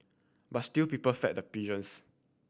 but still people fed the pigeons